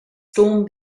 stormed